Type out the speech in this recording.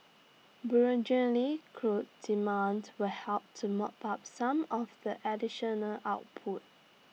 burgeoning crude demand will help to mop up some of the additional output